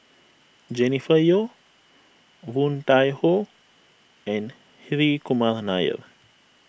Jennifer Yeo Woon Tai Ho and Hri Kumar Nair